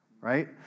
right